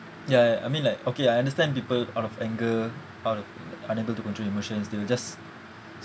ya I mean like okay I understand people out of anger out of unable to control emotions they will just